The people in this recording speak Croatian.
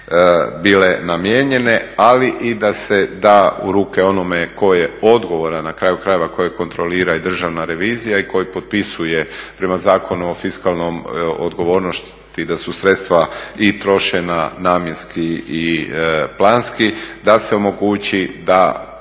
bile namijenjene, ali i da se da u ruke onome tko je odgovoran, na kraju krajeva koje kontrolira i državna revizija i koji potpisuje prema Zakonu o fiskalnoj odgovornosti da su sredstva i trošena i namjenski i planski, da se omogući da